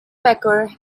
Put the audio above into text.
becker